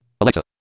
Alexa